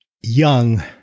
young